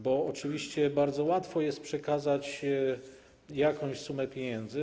Bo oczywiście bardzo łatwo jest przekazać jakąś sumę pieniędzy.